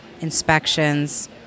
inspections